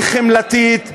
היא חמלתית,